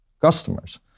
customers